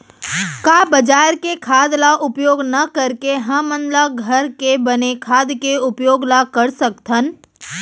का बजार के खाद ला उपयोग न करके हमन ल घर के बने खाद के उपयोग ल कर सकथन?